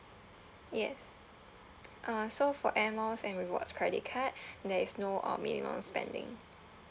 ya uh so for air miles and rewards credit card there is no uh minimum spending